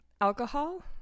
Alcohol